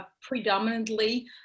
predominantly